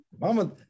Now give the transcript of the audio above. mama